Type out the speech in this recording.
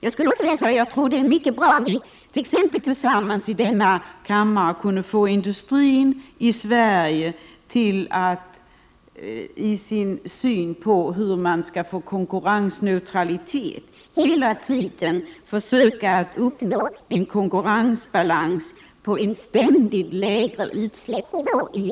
Jag tror också att det vore mycket bra om vi t.ex. tillsammans i denna kammare kunde förmå industrin i Sverige att i sin syn på konkurrensneutralitet hela tiden försöka uppnå en konkurrensbalans på ständigt lägre utsläppsnivå.